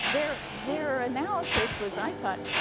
their their analysis was, i thought,